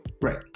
Right